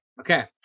Okay